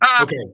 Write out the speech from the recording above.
Okay